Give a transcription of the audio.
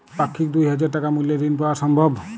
পাক্ষিক দুই হাজার টাকা মূল্যের ঋণ পাওয়া সম্ভব?